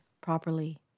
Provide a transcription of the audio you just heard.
properly